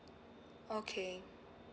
okay